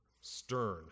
Stern